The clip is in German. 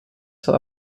zur